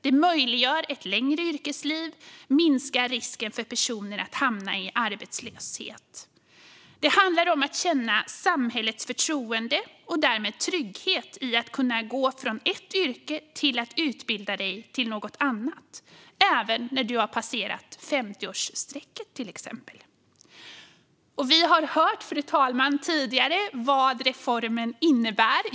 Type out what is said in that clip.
De möjliggör ett längre yrkesliv och minskar risken för personer att hamna i arbetslöshet. Det handlar om att känna samhällets förtroende och därmed en trygghet i att kunna gå från ett yrke till att utbilda dig till något annat även när du har passerat till exempel 50-årsstrecket. Vi har hört tidigare, fru talman, vad reformen innebär.